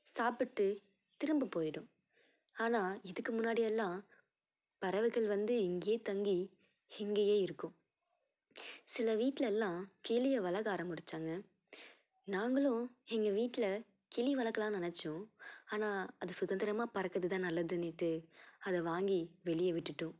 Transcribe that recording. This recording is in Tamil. சாப்பிட்டு திரும்ப போய்விடும் ஆனால் இதுக்கு முன்னாடி எல்லாம் பறவைகள் வந்து இங்கேயே தங்கி இங்கேயே இருக்கும் சில வீட்டுல எல்லாம் கிளியை வளர்க்க ஆரம்புச்சாங்க நாங்களும் எங்கள் வீட்டுல கிளி வளர்க்கலாம்னு நினைச்சோம் ஆனால் அது சுதந்திரமாக பறக்கிறது தான் நல்லதுனுட்டு அதை வாங்கி வெளியே விட்டுட்டோம்